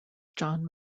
john